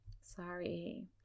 Sorry